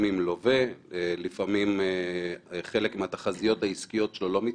שיהיה במערך היחסים עם לווה שחלק מהתחזיות העסקיות שלו לא מתממשות,